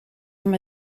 from